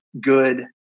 good